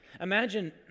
Imagine